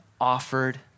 offered